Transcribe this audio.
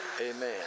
Amen